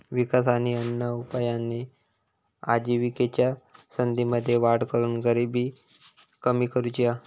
विकास आणि अन्य उपायांनी आजिविकेच्या संधींमध्ये वाढ करून गरिबी कमी करुची हा